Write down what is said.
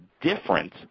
different